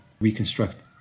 reconstruct